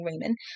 Raymond